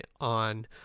on